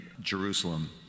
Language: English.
Jerusalem